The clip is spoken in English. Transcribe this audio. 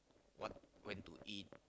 what when to eat